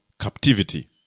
Captivity